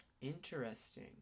Interesting